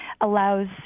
allows